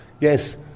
Yes